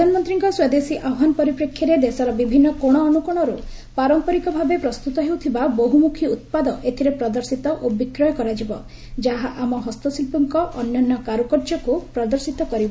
ପ୍ରଧାନମନ୍ତ୍ରୀଙ୍କ ସ୍ୱଦେଶୀ ଆହ୍ୱାନ ପରିପ୍ରେକ୍ଷୀରେ ଦେଶର ବିଭିନ୍ନ କୋଶଅନୁକୋଶରୁ ପାରମ୍ପରିକ ଭାବେ ପ୍ରସ୍ତୁତ ହେଉଥିବା ବହୁମୁଖୀ ଉତ୍ପାଦ ଏଥିରେ ପ୍ରଦର୍ଶିତ ଓ ବିକ୍ରୟ କରାଯିବ ଯାହା ଆମ ହସ୍ତଶିଳ୍ପୀଙ୍କ ଅନନ୍ୟ କାର୍ରକାର୍ଯ୍ୟକ୍ତ ପ୍ରଦର୍ଶିତ କରିବ